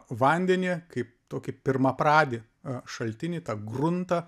vandenį kaip tokį pirmapradį šaltinį tą gruntą